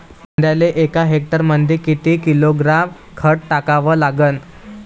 कांद्याले एका हेक्टरमंदी किती किलोग्रॅम खत टाकावं लागन?